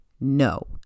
no